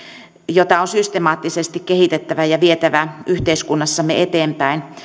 jota on systemaattisesti kehitettävä ja vietävä yhteiskunnassamme eteenpäin